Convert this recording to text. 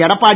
Edappadi